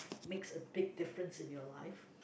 makes a big difference in your life